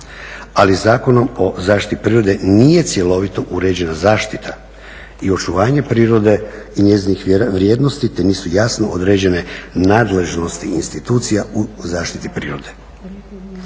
i Zakonom o zaštiti prirode nije cjelovito uređena zaštita i očuvanje prirode i njezinih vrijednosti, te nisu jasno određene nadležnosti institucija u zaštiti prirode.